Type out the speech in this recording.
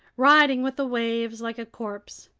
riding with the waves like a corpse.